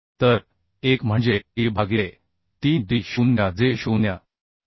तर एक म्हणजे e भागिले 3d0 जे 0